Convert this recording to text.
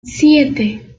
siete